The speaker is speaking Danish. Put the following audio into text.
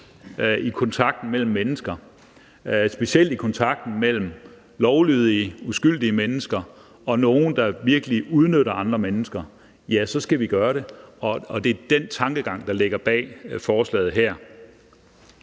i kontakten mellem mennesker, specielt i kontakten mellem lovlydige, uskyldige mennesker og nogle, der virkelig udnytter andre mennesker, ja, så skal vi gøre det. Det er den tankegang, der ligger bag forslaget her.